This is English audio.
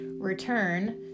return